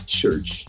church